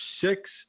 six